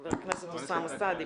חבר הכנסת אוסמה סעדי.